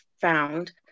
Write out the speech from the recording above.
found